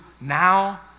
now